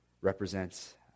represents